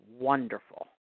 wonderful